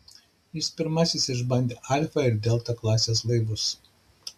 jis pirmasis išbandė alfa ir delta klasės laivus